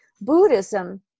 Buddhism